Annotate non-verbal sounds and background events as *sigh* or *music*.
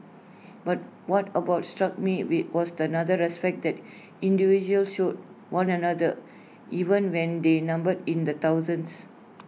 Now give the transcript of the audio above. but what about struck me we was the *unintelligible* respect that individuals showed one another even when they numbered in the thousands